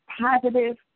positive